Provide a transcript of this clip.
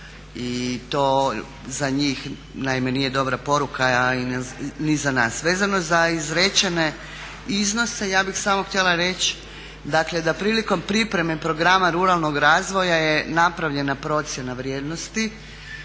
To za njih naime nije dobra poruka a ni za nas. Vezano za izrečene iznose ja bih samo htjela reći dakle da prilikom pripreme programa ruralnog razvoja je napravljena procjena vrijednosti